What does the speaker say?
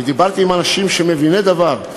אני דיברתי עם אנשים שהם מביני דבר,